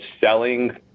selling